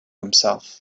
himself